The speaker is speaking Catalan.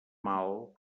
mal